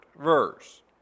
verse